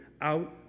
out